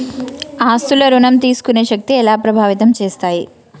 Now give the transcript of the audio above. ఆస్తుల ఋణం తీసుకునే శక్తి ఎలా ప్రభావితం చేస్తాయి?